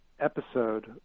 episode